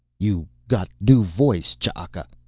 you got new voice, ch'aka.